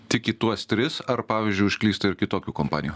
tik į tuos tris ar pavyzdžiui užklysta ir kitokių kompanijų